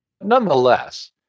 Nonetheless